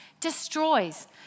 Destroys